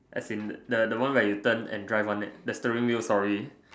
as in the the one where you turn and drive one the steering wheel sorry